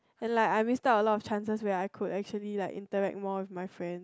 and like I missed out a lot chances where I could actually like interact more with my friend